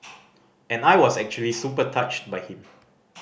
and I was actually super touched by him